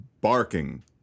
barking